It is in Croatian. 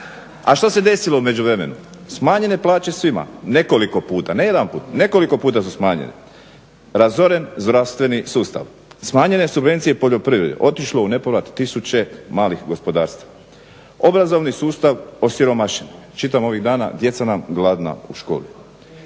A što se desilo u međuvremenu? Smanjene plaće svima, nekoliko puta, ne jedanput, nekoliko puta su smanjene. Razoren zdravstveni sustav, smanjene subvencije poljoprivredi, otišlo je u nepovrat tisuće malih gospodarstava. Obrazovni sustav osiromašen. Čitam ovih dana djeca nam gladna u školi.